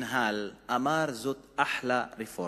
אמר: זאת אחלה רפורמה.